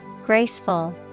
Graceful